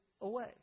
away